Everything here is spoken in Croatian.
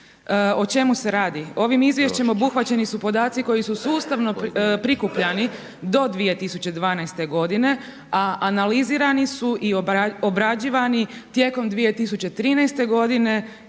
O čemu se radi? Ovim izvješćem obuhvaćeni su podaci koji su sustavno prikupljani do 2012. godine, a analizirani su i obrađivani tijekom 2013. godine